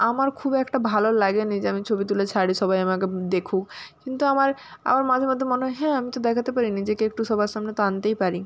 আমার খুব একটা ভালো লাগে নি যে আমি ছবি তুলে ছাড়ি সবাই আমাকে দেখুক কিন্তু আমার আবার মাঝে মধ্যে মনে হয় হ্যাঁ আমি তো দেখাতে পারি নিজেকে একটু সবার সামনে তো আনতেই পারি